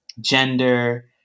gender